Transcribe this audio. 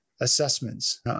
assessments